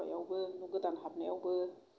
हाबायावबो न' गोदान हाबनायावबो